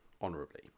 honorably